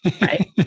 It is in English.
right